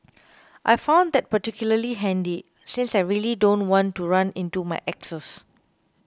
I found that particularly handy since I really don't want to run into my exes